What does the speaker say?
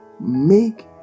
make